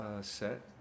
set